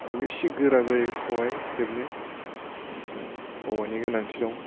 आर बि इसि गोरा जायो खबाय हेबनो औवानि गोनांथि दं